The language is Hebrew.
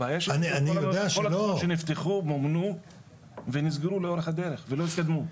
הבעיה היא שכל התוכניות שנפתחו מומנו ונסגרו לאורך הדרך ולא התקדמו.